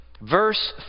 Verse